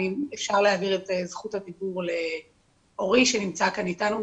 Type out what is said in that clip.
אפשר להעביר את רשות הדיבור לאורי שנמצא כאן איתנו,